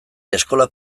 eskola